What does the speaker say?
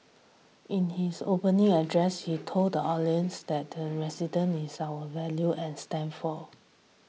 in his opening address he told the audience that the resident is our values and stand for